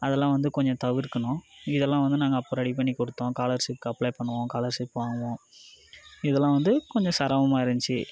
அதெல்லாம் வந்து கொஞ்சம் தவிர்க்கணும் இதெல்லாம் வந்து நாங்கள் அப்போ ரெடி பண்ணி கொடுத்தோம் காலர்ஷிப்க்கு அப்ளை பண்ணுவோம் காலர்ஷிப் வாங்குவோம் இதெல்லாம் வந்து கொஞ்சம் சிரமமா இருந்துச்சு